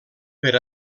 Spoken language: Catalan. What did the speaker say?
per